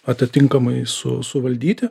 atitinkamai su suvaldyti